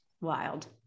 Wild